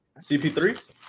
CP3